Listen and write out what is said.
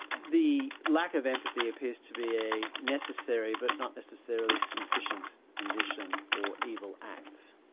the lack of empathy appears to be a necessary but not necessarily sufficient condition for evil acts,